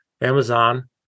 Amazon